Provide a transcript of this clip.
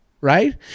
Right